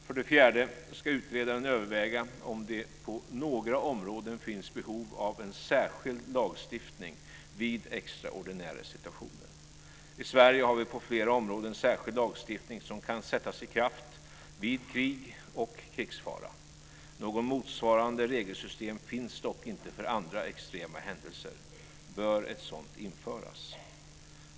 För det fjärde ska utredaren överväga om det på några områden finns behov av en särskild lagstiftning vid extraordinära situationer. I Sverige har vi på flera områden särskild lagstiftning som kan sättas i kraft vid krig och krigsfara. Något motsvarande regelsystem finns dock inte för andra extrema händelser. Bör ett sådant införas?